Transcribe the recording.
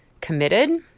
committed